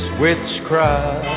witchcraft